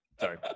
Sorry